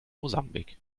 mosambik